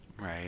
Right